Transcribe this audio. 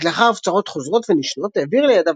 רק לאחר הפצרות חוזרות ונשנות העביר לידיו